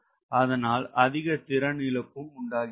அதனால் அதிக திறன் இழப்பும் உண்டாகிறது